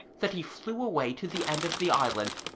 that he flew away to the end of the island,